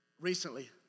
Recently